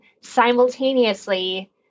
simultaneously